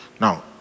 now